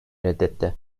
reddetti